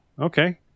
okay